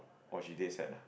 oh she dead set ah